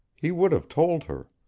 he would have told her.